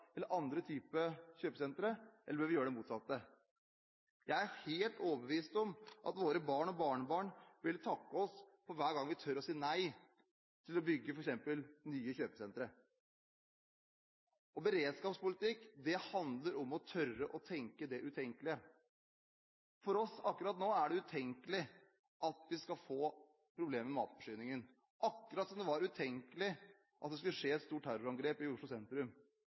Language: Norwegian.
eller andre typer kjøpesentre? Eller vil vi gjøre det motsatte? Jeg er helt overbevist om at våre barn og barnebarn vil takke oss for hver gang vi tør å si nei til å bygge f.eks. nye kjøpesentre. Beredskapspolitikk handler om å tørre å tenke det utenkelige. Akkurat nå er det utenkelig for oss at vi skal få problemer med matforsyningen, akkurat som det var utenkelig at det skulle skje et stort terrorangrep i Oslo sentrum.